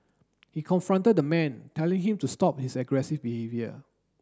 he confronted the man telling him to stop his aggressive behaviour